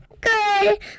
Good